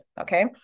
Okay